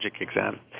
exam